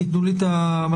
תיתנו לי את המסקנות,